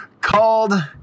Called